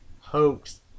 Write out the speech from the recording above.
hoax